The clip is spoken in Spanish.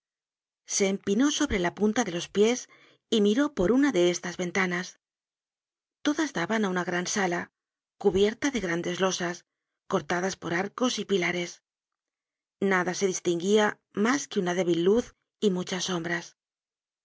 se empinó sobre la punta de los pies y miró por una de estas ventanas todas daban á una gran sala cubierta de grandes losas cortadas por arcos y pilares nada se distinguía mas que una débil luz y muchas sombras